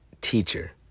teacher